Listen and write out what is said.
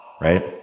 right